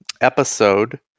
episode